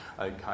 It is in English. Okay